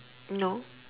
no